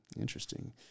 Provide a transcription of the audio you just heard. Interesting